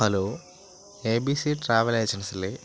hello A B C travel agency അല്ലേ